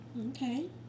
Okay